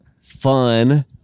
fun